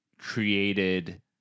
created